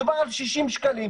מדובר על 60 שקלים.